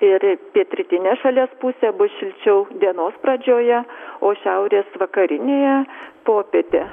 ir pietrytinė šalies pusė bus šilčiau dienos pradžioje o šiaurės vakarinėje popietė